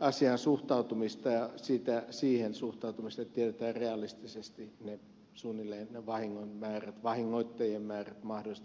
asiaan suhtautumista ja siihen suhtautumista että tiedetään realistisesti suunnilleen ne vahingon määrät mahdolliset vahingoittajien määrät ja niin edelleen